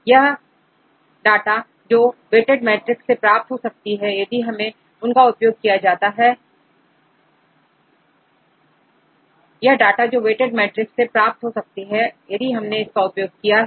तो यह डाटा जो वेटेड मैट्रिक्स से प्राप्त हो सकती है यदि हमने इसका उपयोग किया है